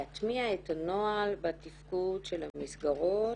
לא, לא, להטמיע את הנוהל בתפקוד של המסגרות